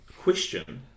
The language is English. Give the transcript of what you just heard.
question